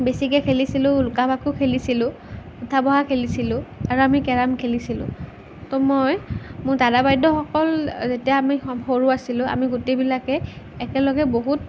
বেছিকৈ খেলিছিলোঁ লুকা ভাকু খেলিছিলোঁ উঠা বহা খেলিছিলোঁ আৰু আমি কেৰম খেলিছিলোঁ তৌ মই মোৰ দাদা বাইদেউসকল যেতিয়া আমি সৰু আছিলোঁ আমি গোটেইবিলাকে একেলগে বহুত